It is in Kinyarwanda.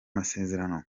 masezerano